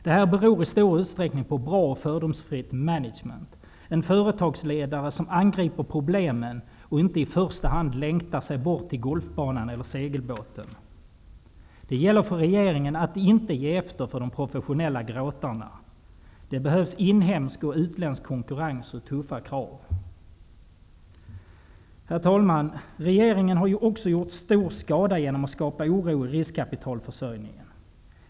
Det beror i stor utsträckning på bra och fördomsfritt management -- en företagsledare som angriper problemen och inte i första hand längtar sig bort till golfbanan eller segelbåten. Det gäller för regeringen att inte ge efter för de professionella gråtarna. Det behövs inhemsk och utländsk konkurrens och tuffa krav. Herr talman! Regeringen har gjort stor skada genom att skapa oro i riskkapitalförsörjningen.